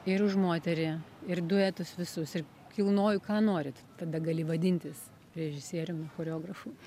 ir už moterį ir duetus visus ir kilnoju ką norit tada gali vadintis režisieriumi choreografu